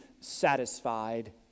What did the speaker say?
satisfied